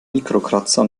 mikrokratzer